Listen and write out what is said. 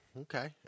Okay